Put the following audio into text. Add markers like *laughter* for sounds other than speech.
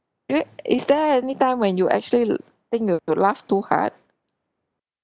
is it is there any time when you actually *noise* think you you laughed too hard